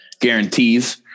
guarantees